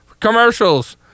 Commercials